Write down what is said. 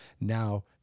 Now